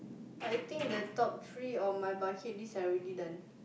I think the top three on my budget list I already done